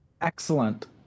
Excellent